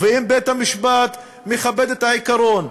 ואם בית-המשפט מכבד את העיקרון,